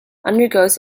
undergoes